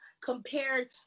compared